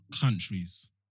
countries